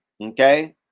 Okay